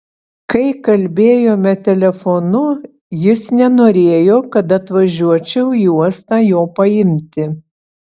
kai kalbėjome telefonu jis nenorėjo kad atvažiuočiau į uostą jo paimti